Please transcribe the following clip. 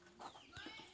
आलूर बीज कुंडा लगाम?